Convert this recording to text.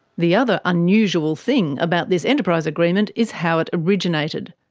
the other unusual thing about this enterprise agreement is how it originated.